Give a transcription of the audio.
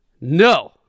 no